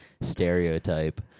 stereotype